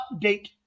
update